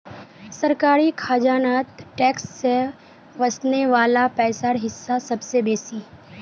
सरकारी खजानात टैक्स से वस्ने वला पैसार हिस्सा सबसे बेसि